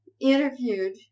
interviewed